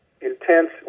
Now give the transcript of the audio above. intense